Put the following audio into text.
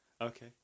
Okay